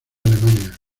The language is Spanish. alemania